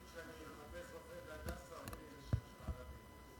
לפחות סיימת בטון חיובי.